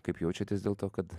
kaip jaučiatės dėl to kad